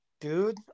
dude